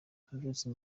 kubyutsa